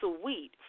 sweet